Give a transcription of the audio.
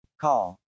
Call